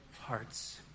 hearts